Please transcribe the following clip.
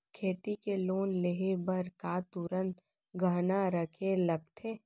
खेती के लोन लेहे बर का तुरंत गहना रखे लगथे?